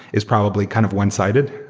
is probably kind of one-sided.